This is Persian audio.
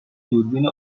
دوربین